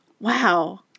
Wow